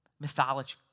mythology